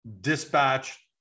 dispatch